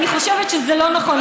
אני חושבת שזה לא נכון,